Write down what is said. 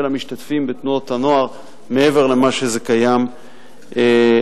המשתתפים בתנועות הנוער מעבר למה שזה קיים היום,